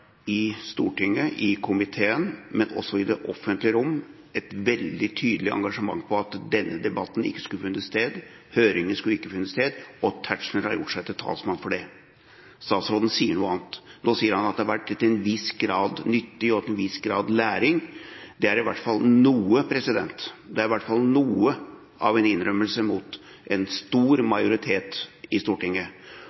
i Stortinget, i komiteen, men også i det offentlige rom, har vært et veldig tydelig engasjement for at denne debatten ikke skulle funnet sted, høringen skulle ikke funnet sted, og Tetzschner har gjort seg til talsmann for det. Statsråden sier noe annet. Nå sier Tetzschner at det har vært til en viss grad nyttig og til en viss grad læring. Det er i hvert fall noe – det er i hvert fall noe av en innrømmelse overfor en stor